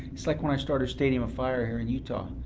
it's like when i started stadium of fire here in utah.